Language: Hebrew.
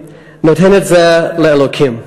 נותן את זה לאלוקים.